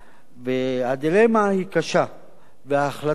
והדילמה היא קשה וההחלטה בה אינה